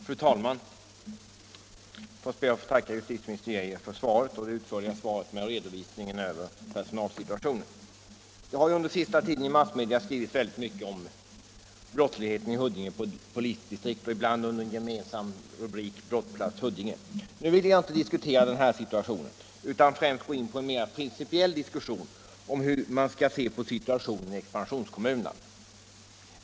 Fru talman! Jag skall be att få tacka justitieminister Geijer för svaret och den utförliga redovisningen av personalsituationen. Det har ju under senaste tiden i pressen skrivits väldigt mycket om brottsligheten i Huddinge polisdistrikt, ibland under en gemensam rubrik: Brottsplats Huddinge. Nu vill jag inte diskutera denna situation utan främst gå in på en mera principiell diskussion om hur man skall se på situationen i expansionskommunerna.